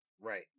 Right